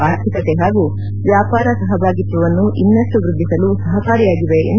ಆರ್ಥಿಕತೆ ಹಾಗೂ ವ್ಯಾಪಾರ ಸಹಭಾಗಿತ್ವವನ್ನು ಇನ್ನಷ್ಟು ವೃದ್ಧಿಸಲು ಸಹಕಾರಿಯಾಗಿವೆ ಎಂದು ಹೇಳಿಕೊಂಡಿದೆ